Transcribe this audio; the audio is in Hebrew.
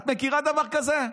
אתה מכירה דבר כזה?